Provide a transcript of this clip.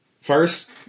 first